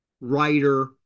writer